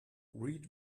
read